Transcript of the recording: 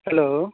hello